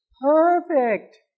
perfect